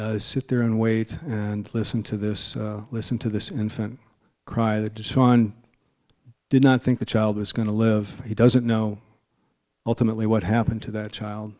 is sit there and wait and listen to this listen to this infant cry that just fun did not think the child was going to live he doesn't know ultimately what happened to that child